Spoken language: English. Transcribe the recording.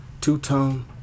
Two-tone